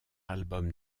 album